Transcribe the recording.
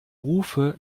rufe